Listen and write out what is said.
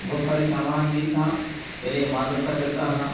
बहुत सारे सामान नहीं था पहले इमाम दस्ता चलता था